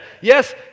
Yes